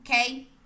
okay